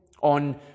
on